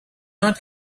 not